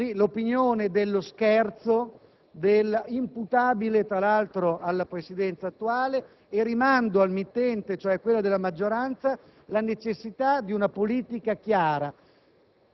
forza l'opinione dello scherzo, imputabile, tra l'altro, alla Presidenza attuale, e rimando al mittente, cioè alla maggioranza, la necessità di una politica chiara,